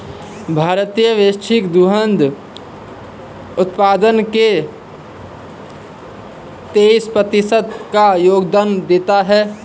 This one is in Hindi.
भारत वैश्विक दुग्ध उत्पादन में तेईस प्रतिशत का योगदान देता है